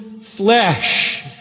flesh